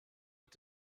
mit